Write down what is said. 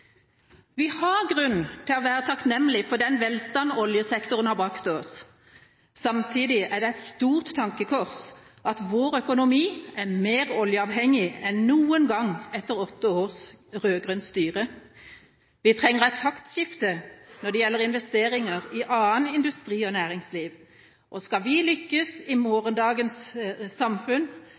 Vi har grunn til å være takknemlig for den velstand oljesektoren har brakt oss. Samtidig er det et stort tankekors at vår økonomi er mer oljeavhengig enn noen gang etter åtte års rød-grønt styre. Vi trenger et taktskifte når det gjelder investeringer i annen industri og næringsliv. Skal vi lykkes i morgendagens samfunn,